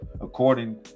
According